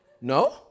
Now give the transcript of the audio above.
No